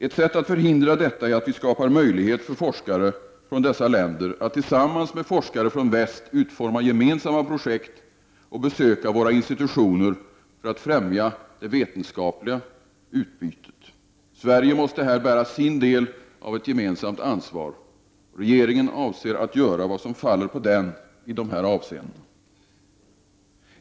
Ett sätt att förhindra detta är att vi skapar möjlighet för forskare från dessa länder att tillsammans med forskare från väst utforma gemensamma projekt och besöka våra institutioner för att främja det vetenskapliga utbytet. Sverige måste här bära sin del av ett gemensamt ansvar. Regeringen avser att göra vad som i dessa avseenden faller på den.